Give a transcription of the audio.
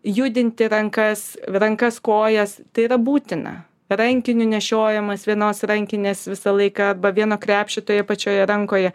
judinti rankas rankas kojas tai yra būtina rankinių nešiojamas vienos rankinės visą laiką arba vieno krepšio toje pačioje rankoje